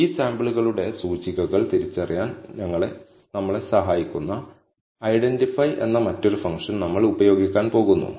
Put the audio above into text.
ഈ സാമ്പിളുകളുടെ സൂചികകൾ തിരിച്ചറിയാൻ ഞങ്ങളെ സഹായിക്കുന്ന ഐഡന്റിഫൈ എന്ന മറ്റൊരു ഫംഗ്ഷൻ നമ്മൾ ഉപയോഗിക്കാൻ പോകുന്നു